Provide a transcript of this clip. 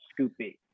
scoopy